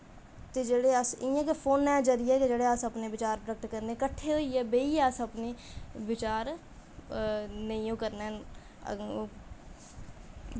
ते जेह्ड़े अस इ'यां गै फोनै दे जरिये अस विचार प्रकट करने कट्ठे होइयै बेहियै अस अपने विचार नेईं ओह् करने न